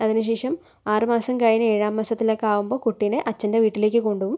അതിനുശേഷം ആറ് മാസം കഴിഞ്ഞ് ഏഴാം മാസത്തിലൊക്കെ ആവുമ്പം കുട്ടീനെ അച്ഛൻ്റെ വീട്ടിലേയ്ക്ക് കൊണ്ടുപോകും